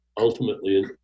ultimately